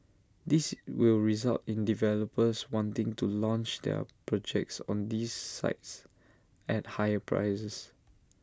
this will result in developers wanting to launch their projects on these sites at higher prices